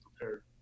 prepared